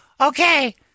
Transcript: Okay